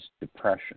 depression